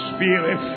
Spirit